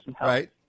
right